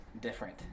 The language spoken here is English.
different